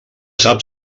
sap